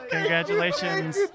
Congratulations